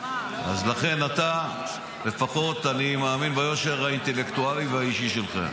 אז לכן אני לפחות מאמין ביושר האינטלקטואלי והאישי שלך.